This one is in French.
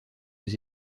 aux